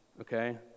Okay